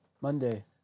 Monday